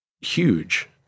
huge